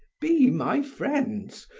be my friends,